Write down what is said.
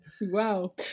Wow